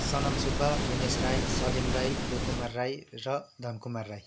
सनम सुब्बा दिनेश राई सलीम राई देव कुमार राई र धन कुमार राई